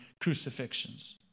crucifixions